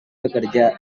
bekerja